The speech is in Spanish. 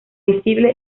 visible